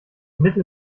mittel